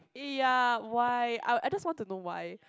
eh ya why I I just want to know why